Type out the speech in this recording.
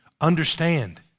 understand